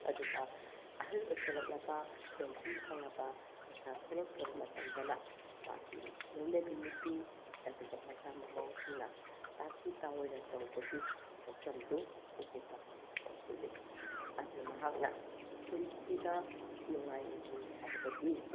ꯑꯗꯨꯒ ꯑꯍꯜ ꯑꯣꯏꯁꯤꯜꯂꯛꯂꯕ ꯄꯦꯟꯁꯤꯟ ꯐꯪꯉꯕ ꯄꯩꯁꯥ ꯊꯣꯛꯂꯛꯇ꯭ꯔꯕ ꯃꯇꯝꯗꯅ ꯃꯍꯥꯛꯀꯤ ꯂꯣꯏꯅꯕꯤ ꯅꯨꯄꯤ ꯑꯗꯨꯒ ꯃꯆꯥ ꯃꯃꯧꯁꯤꯡꯅ ꯇꯥꯊꯤ ꯇꯥꯑꯣꯏꯅ ꯇꯧꯕꯒꯤ ꯁꯛꯇꯝꯗꯨ ꯎꯄꯨ ꯄꯥꯛꯁꯤꯁꯤꯗ ꯎꯠꯂꯤ ꯑꯗꯨꯅ ꯃꯍꯥꯛꯅ ꯄꯨꯟꯁꯤꯗ ꯅꯨꯡꯉꯥꯏꯅ ꯍꯤꯡꯒꯦ ꯍꯥꯏꯔꯕꯗꯤ